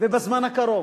ובזמן הקרוב,